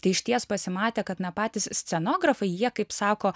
tai išties pasimatė kad na patys scenografai jie kaip sako